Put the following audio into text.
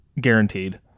Guaranteed